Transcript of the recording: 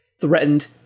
threatened